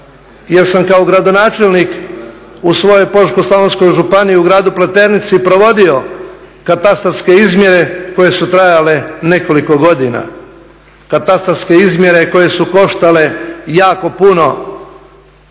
jer sam kao gradonačelnik u svojoj Požeško-slavonskoj županiji, u gradu Pleternici provodio katastarske izmjere koje su trajale nekoliko godina. Katastarske izmjere koje su koštale jako puno,